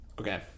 Okay